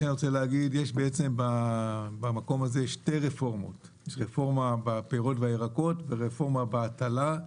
יש במקום הזה שתי רפורמות בעצם רפורמה בפירות ובירקות ורפורמה בהטלה.